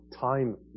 time